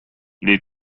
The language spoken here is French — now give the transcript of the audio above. les